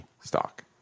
stock